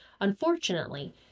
Unfortunately